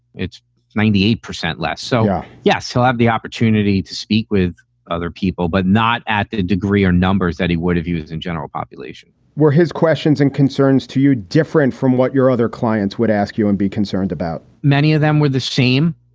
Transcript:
it's ninety eight percent less. so, yes, he'll have the opportunity to speak with other people, but not at the degree or numbers that he would have used in general population were his questions and concerns to you different from what your other clients would ask you and be concerned about? many of them were the same.